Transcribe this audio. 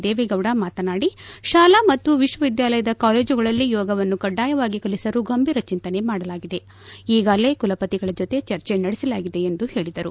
ದೇವೇಗೌಡ ಮಾತನಾಡಿ ಶಾಲಾ ಮತ್ತು ವಿಶ್ವ ವಿದ್ವಾಲಯದ ಕಾಲೇಜುಗಳಲ್ಲಿ ಯೋಗವನ್ನು ಕಡ್ಡಾಯವಾಗಿ ಕಲಿಸಲು ಗಂಭೀರ ಚಿಂತನೆ ಮಾಡಲಾಗಿದೆ ಈಗಾಗಲೇ ಕುಲಪತಿಗಳ ಜೊತೆ ಚರ್ಜೆ ನಡೆಸಲಾಗಿದೆ ಎಂದು ಹೇಳಿದರು